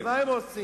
אז מה הם עושים,